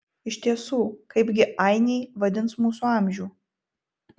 iš tiesų kaipgi ainiai vadins mūsų amžių